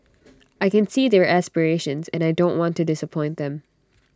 I can see their aspirations and I don't want to disappoint them